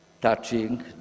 touching